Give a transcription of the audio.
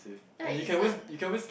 ya it isn't